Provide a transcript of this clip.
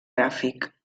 gràfic